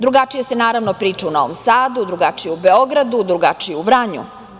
Drugačije se, naravno, priča u Novom Sadu, drugačije u Beogradu, drugačije u Vranju.